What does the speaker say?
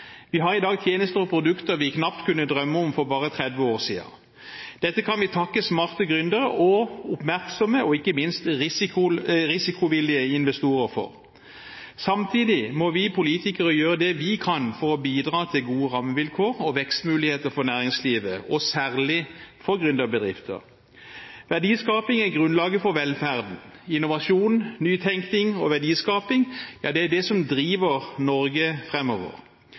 Vi har i dag tjenester og produkter vi knapt kunne drømme om for bare 30 år siden. Dette kan vi takke smarte gründere og oppmerksomme og ikke minst risikovillige investorer for. Samtidig må vi politikere gjøre det vi kan for å bidra til gode rammevilkår og vekstmuligheter for næringslivet – og særlig for gründerbedrifter. Verdiskaping er grunnlaget for velferden. Innovasjon, nytenkning og verdiskaping er det som driver Norge